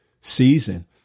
season